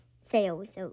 sales